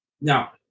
Now